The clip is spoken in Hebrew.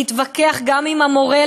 להתווכח גם עם המורה,